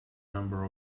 number